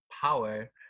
power